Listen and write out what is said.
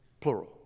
plural